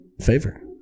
Favor